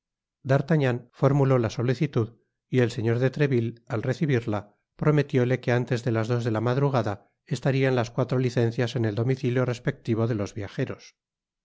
d'artagnan formuló la solicitud y el señor de treville al recibirla prometióle que antes de las dos de la madrugada estariau las cuatro licencias en el domicilio respectivo de los viajeros